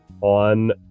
on